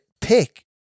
pick